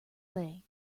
lay